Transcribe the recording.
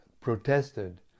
protested